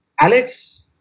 Alex